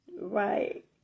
Right